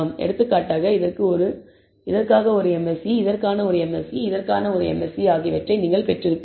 எடுத்துக்காட்டாக இதற்காக ஒரு MSE இதற்கான MSE இதற்கான MSE ஆகியவற்றைப் நீங்கள் பெற்றிருப்பீர்கள்